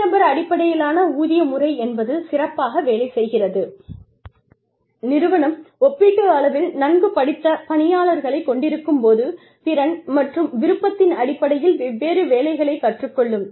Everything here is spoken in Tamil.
தனிநபர் அடிப்படையிலான ஊதிய முறை என்பது சிறப்பாக வேலை செய்கிறது நிறுவனம் ஒப்பீட்டளவில் நன்கு படித்த பணியாளர்களை கொண்டிருக்கும்போது திறன் மற்றும் விருப்பத்தின் அடிப்படையில் வெவ்வேறு வேலைகளைக் கற்றுக்கொள்ளும்